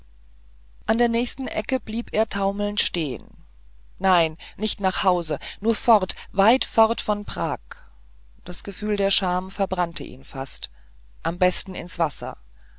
an der nächsten ecke blieb er taumelnd stehen nein nicht nach hause nur fort weit fort von prag das gefühl der scham verbrannte ihn fast am besten ins wasser